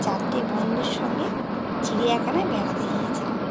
চারটে বন্ধুর সঙ্গে চিড়িয়াখানায় বেড়াতে গিয়েচিলাম